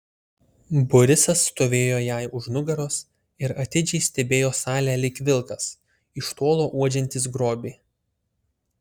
borisas stovėjo jai už nugaros ir atidžiai stebėjo salę lyg vilkas iš tolo uodžiantis grobį